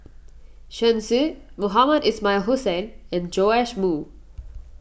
Shen Xi Mohamed Ismail Hussain and Joash Moo